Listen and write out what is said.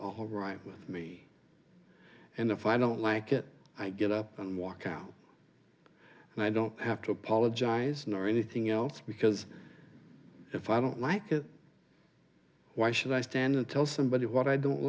all right with me and if i don't like it i get up and walk out and i don't have to apologize nor anything else because if i don't like it why should i stand and tell somebody what i don't